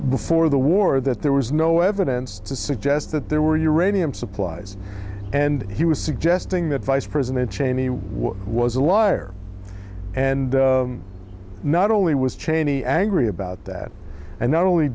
before the war that there was no evidence to suggest that there were uranium supplies and he was suggesting that vice president cheney was a liar and not only was cheney angry about that and not only